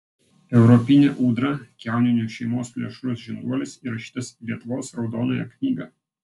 europinė ūdra kiauninių šeimos plėšrus žinduolis įrašytas į lietuvos raudonąją knygą